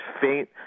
faint